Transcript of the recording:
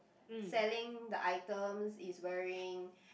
selling the items is wearing